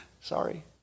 sorry